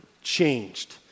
changed